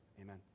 Amen